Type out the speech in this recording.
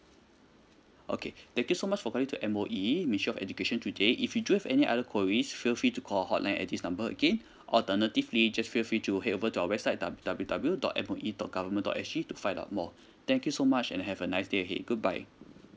okay thank you so much for calling to M_O_E ministry of education today if you do have any other queries feel free to call our hotline at this number again alternatively just feel free to head over to our website W W W dot M O E dot government dot S G to find out more thank you so much and have a nice day ahead goodbye